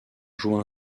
jouent